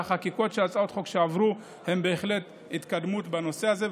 והצעות החוק שעברו הן בהחלט התקדמות בנושא הזה.